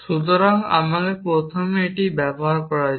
সুতরাং আমাকে প্রথমে এটি ব্যবহার করা যাক